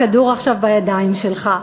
הכדור עכשיו בידיים שלך,